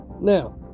Now